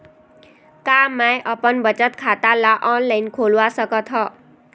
का मैं अपन बचत खाता ला ऑनलाइन खोलवा सकत ह?